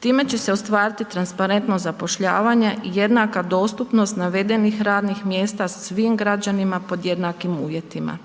Time će se ostvariti transparentnost zapošljavanja, jednaka dostupnost navedenih radnih mjesta svim građanima pod jednakim uvjetima.